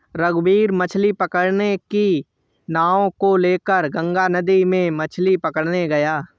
रघुवीर मछ्ली पकड़ने की नाव को लेकर गंगा नदी में मछ्ली पकड़ने गया